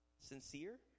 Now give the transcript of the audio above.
sincere